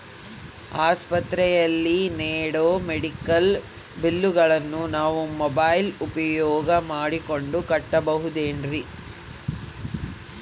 ಆಸ್ಪತ್ರೆಯಲ್ಲಿ ನೇಡೋ ಮೆಡಿಕಲ್ ಬಿಲ್ಲುಗಳನ್ನು ನಾವು ಮೋಬ್ಯೆಲ್ ಉಪಯೋಗ ಮಾಡಿಕೊಂಡು ಕಟ್ಟಬಹುದೇನ್ರಿ?